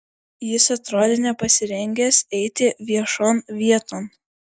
jis atrodė nepasirengęs eiti viešon vieton